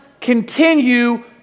continue